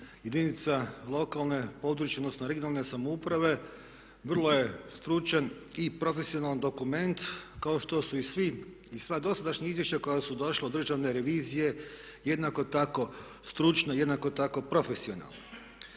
jedinica lokalne, područne odnosno regionalne samouprave vrlo je stručan i profesionalan dokument kao što su i svi i sva dosadašnja izvješća koja su došla od državne revizije jednako tako stručno, jednako tako profesionalno.